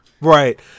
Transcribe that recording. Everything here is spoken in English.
Right